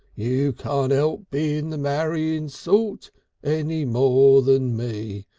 you can't elp being the marrying sort any more than me.